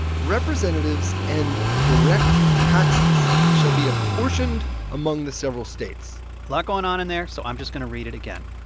representatives and direct taxes shall be apportioned among the several states. lot going on in there, so i'm just going to read it again.